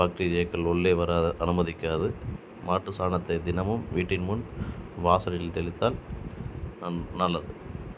பாக்டீரியாக்கள் உள்ளே வர அனுமதிக்காது மாட்டு சாணத்தை தினமும் வீட்டின் முன் வாசலில் தெளித்தால் நல்லது